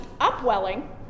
Upwelling